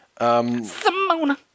Simona